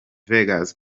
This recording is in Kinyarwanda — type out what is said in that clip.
vegas